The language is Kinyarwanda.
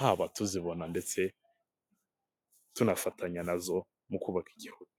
haba tuzibona ndetse tunafatanya nazo mu kubaka Igihugu.